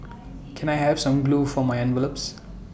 can I have some glue for my envelopes